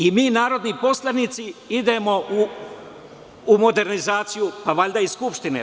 I mi narodni poslanici idemo u modernizaciju, pa valjda i Skupštine.